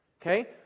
Okay